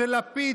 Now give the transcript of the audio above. של לפיד,